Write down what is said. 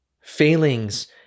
Failings